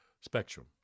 spectrum